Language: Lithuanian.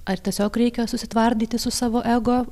ar tiesiog reikia susitvardyti su savo ego